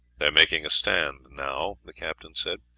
they are making a stand now, the captain said.